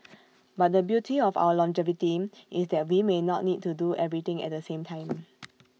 but the beauty of our longevity is that we may not need to do everything at the same time